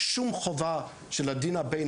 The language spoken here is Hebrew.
שום חובה של הדין הבין